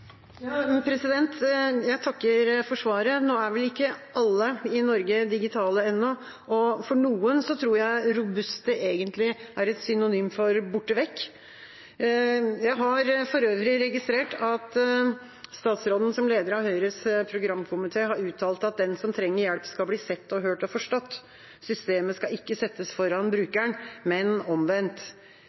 Jeg takker for svaret. Nå er vel ikke alle i Norge digitale ennå. For noen tror jeg «robust» egentlig er et synonym for «borte vekk». Jeg har for øvrig registrert at statsråden som leder av Høyres programkomité har uttalt at den som trenger hjelp, skal bli sett og hørt og forstått, systemet skal ikke settes foran brukeren, men omvendt.